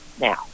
Now